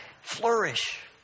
flourish